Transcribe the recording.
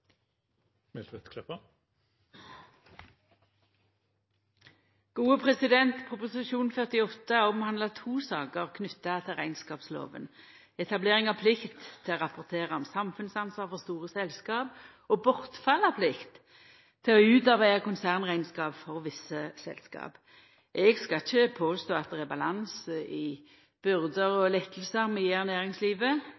to saker knytte til rekneskapslova: etablering av plikt til rapportering om samfunnsansvar for store selskap og bortfall av plikt til å utarbeida konsernrekneskap for visse selskap. Eg skal ikkje påstå at det er balanse i byrder